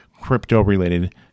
crypto-related